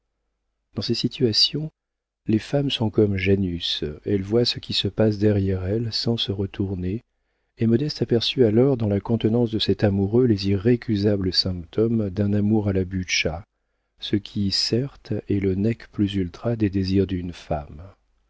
dans ces situations les femmes sont comme janus elles voient ce qui se passe derrière elles sans se retourner et modeste aperçut alors dans la contenance de cet amoureux les irrécusables symptômes d'un amour à la butscha ce qui certes est le nec plus ultrà des désirs d'une femme